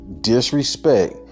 disrespect